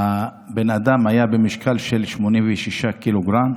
הבן אדם היה במשקל של 86 ק"ג,